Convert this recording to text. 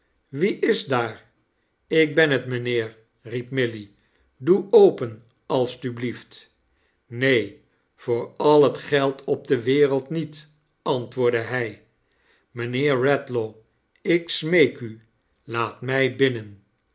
wie is daar ik ben het mijnheer riep milly doe open alstublieft ne n voor al het geld op de wereld niet antwoordde hij mijnheer redlaw ik smeek u laat mij binnen